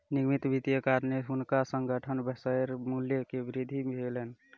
निगमित वित्तक कारणेँ हुनकर संस्थानक शेयर मूल्य मे वृद्धि भेलैन